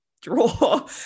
draw